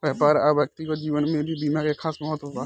व्यापार आ व्यक्तिगत जीवन में भी बीमा के खास महत्व बा